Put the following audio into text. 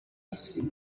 isi